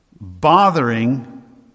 bothering